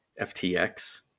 FTX